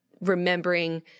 remembering